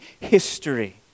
history